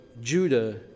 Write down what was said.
Judah